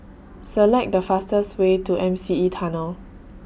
Select The fastest Way to M C E Tunnel